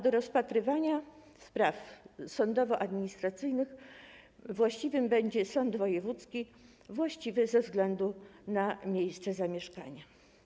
Do rozpatrywania spraw sądowo-administracyjnych właściwy będzie sąd wojewódzki właściwy ze względu na miejsce zamieszkania.